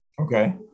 Okay